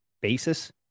basis